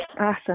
Awesome